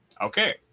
Okay